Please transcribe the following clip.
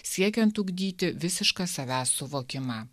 siekiant ugdyti visišką savęs suvokimą